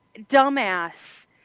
dumbass